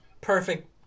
Perfect